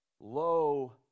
Lo